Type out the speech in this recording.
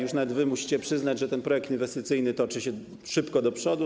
Już nawet wy musicie przyznać, że ten projekt inwestycyjny toczy się szybko do przodu.